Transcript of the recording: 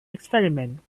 experiment